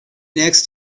next